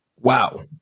Wow